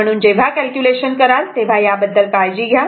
म्हणून जेव्हा कॅल्क्युलेशन कराल तेव्हा याबद्दल काळजी घ्या